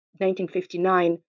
1959